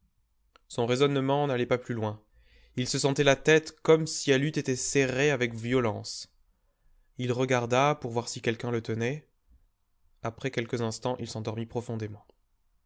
son raisonnement n'allait pas plus loin il se sentait la tête comme si elle eût été serrée avec violence il regarda pour voir si quelqu'un le tenait après quelques instants il s'endormit profondément